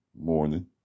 morning